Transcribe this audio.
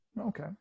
okay